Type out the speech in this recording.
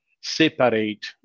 separate